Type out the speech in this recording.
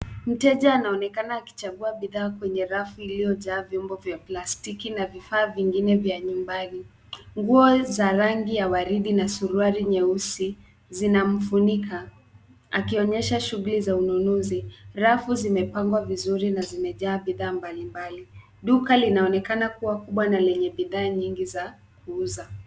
Mteja anaonekana akichagua bidhaa kwenye rafu uliojaa vyombo vya plastiki na vifaa vingine vya nyumbani. Nguo za rangi ya waridi na suruali nyeusi zinamfunika akionyesha shuguli za ununuzi. Rafu zimepangwa vizuri na zimejaa bidhaa mbalimbali. Duka linaonekana kuwa kubwa na lenye bidhaa nyingi za kuuza.